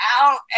out